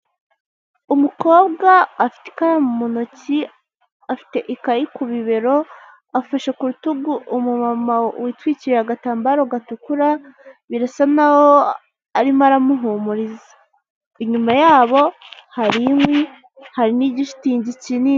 Umukobwa afite ikaramu mu ntoki, afite ikayi ku bibero. Afashe ku rutugu umumama witwikiriye agatambaro gatukura birasa n'aho arimo aramuhumuriza, inyuma yabo hari inkwi, hari n'igishitingi kinini.